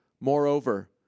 Moreover